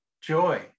Joy